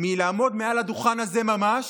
לעמוד מעל הדוכן הזה ממש,